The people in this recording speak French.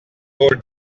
pôles